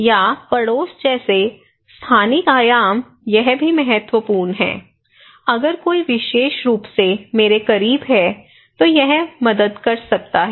या पड़ोस जैसे स्थानिक आयाम यह भी महत्वपूर्ण है अगर कोई विशेष रूप से मेरे करीब है तो यह मदद कर सकता है